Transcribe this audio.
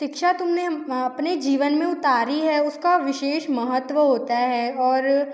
शिक्षा तुम ने अपने जीवन में उतारी है उसका विशेष महत्त्व होता है और